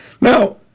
Now